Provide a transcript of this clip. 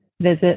visit